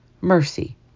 mercy